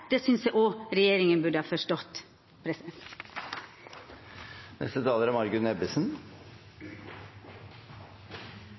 Det synest eg òg regjeringa burde ha forstått. Dagen i dag er